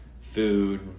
food